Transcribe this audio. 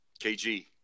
KG